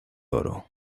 oro